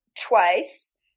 twice